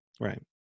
right